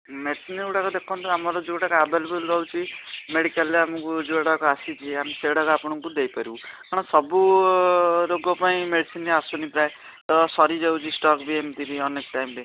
machine ଗୁଡ଼ାକ ଦେଖନ୍ତୁ ଆମର ଯେଉଁଟାକ ଆଭେଲେବଲ୍ ରହୁଛି ମେଡ଼ିକାଲରେ ଯେଉଁଗୁଡ଼ାକ ଆସିଛି ସେଇଗୁଡ଼ାକ ଆପଣଙ୍କୁ ଦେଇପାରିବୁ ଆମର ସବୁ ରୋଗ ପାଇଁ ମେଡ଼ିସିନ ଆସୁନି ପ୍ରାୟ ତ ସରିଯାଉଛି ଷ୍ଟକ୍ ବି ଏମିତି ଅନେକ ଟାଇମ୍ରେ